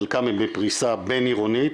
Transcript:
חלקם הם בפריסה בינעירונית